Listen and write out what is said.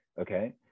okay